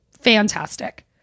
fantastic